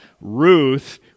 Ruth